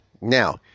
Now